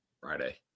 Friday